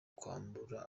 kwambura